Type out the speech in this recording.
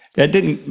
that didn't,